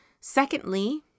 Secondly